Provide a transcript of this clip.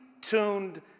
tuned